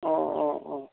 अ अ अ